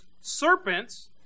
serpents